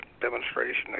demonstration